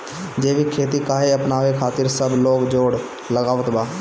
जैविक खेती काहे अपनावे खातिर सब लोग जोड़ लगावत बा?